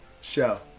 show